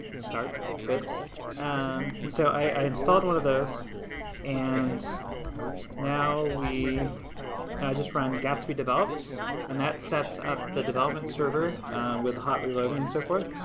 start with um and so i installed one of those and now we, i just run gatsby develop and that sets up the development server with hot reloading and so forth.